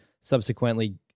subsequently